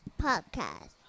Podcast